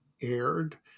aired